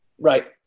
Right